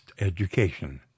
education